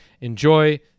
Enjoy